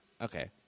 Okay